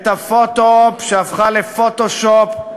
את הפוטו-אופ, שהפכה לפוטו-שופ,